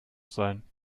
sein